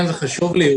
כן, זה חשוב לי.